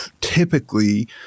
typically